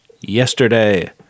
yesterday